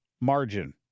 margin